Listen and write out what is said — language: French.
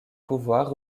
pouvoirs